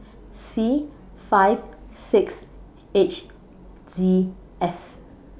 C five six H Z S